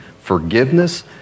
forgiveness